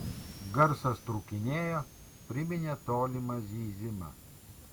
garsas trūkinėjo priminė tolimą zyzimą